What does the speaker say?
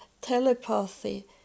telepathy